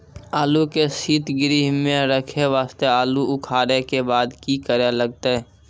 आलू के सीतगृह मे रखे वास्ते आलू उखारे के बाद की करे लगतै?